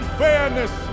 fairness